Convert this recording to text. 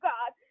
God